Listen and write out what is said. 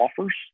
offers